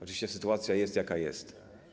Oczywiście sytuacja jest, jaka jest.